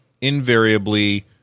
invariably